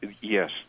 Yes